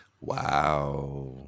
Wow